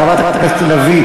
אחרי חברת הכנסת לביא,